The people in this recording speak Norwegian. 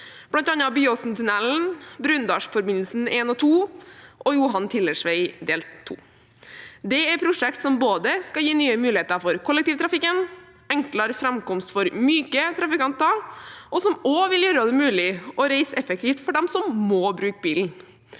bl.a. Byåstunellen, Brundalsforbindelsen 1 og 2 og Johan Tillers veg del 2. Dette er prosjekter som både skal gi nye muligheter for kollektivtrafikken, enklere framkomst for myke trafikanter og også gjøre det mulig å reise effektivt for dem som må bruke bilen.